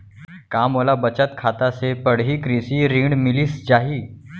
का मोला बचत खाता से पड़ही कृषि ऋण मिलिस जाही?